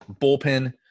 bullpen